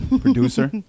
producer